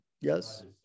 Yes